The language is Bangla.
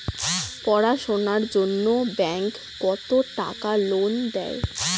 পড়াশুনার জন্যে ব্যাংক কত টাকা লোন দেয়?